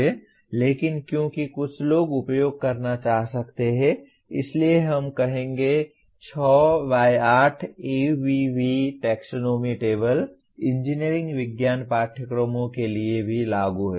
लेकिन क्योंकि कुछ लोग उपयोग करना चाह सकते हैं इसलिए हम कहेंगे 6 by 8 ABV taxonomy table engineering विज्ञान पाठ्यक्रमों के लिए भी लागू है